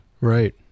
right